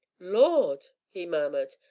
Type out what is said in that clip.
lord! he murmured,